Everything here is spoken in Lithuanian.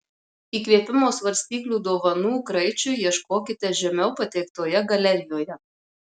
įkvėpimo svarstyklių dovanų kraičiui ieškokite žemiau pateiktoje galerijoje